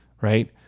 Right